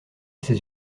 ses